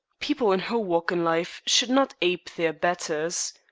people in her walk in life should not ape their betters.